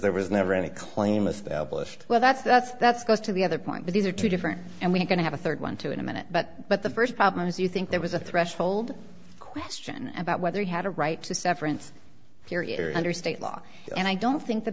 there was never any claim established well that's that's that's goes to the other point but these are two different and we're going to have a third one too in a minute but but the first problem is you think there was a threshold question about whether you had a right to severance period or under state law and i don't think the